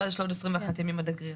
ואז יש לו עוד 21 ימים עד הגרירה.